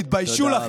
תתביישו לכם.